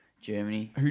Germany